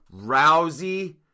Rousey